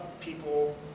people